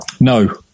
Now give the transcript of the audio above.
No